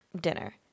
dinner